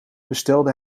bestelde